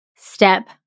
Step